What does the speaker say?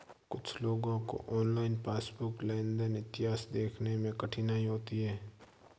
कुछ लोगों को ऑनलाइन पासबुक लेनदेन इतिहास देखने में कठिनाई होती हैं